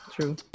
True